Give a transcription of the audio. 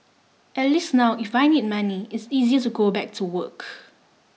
at least now if I need money it's easier to go back to work